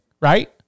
right